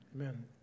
Amen